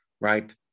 right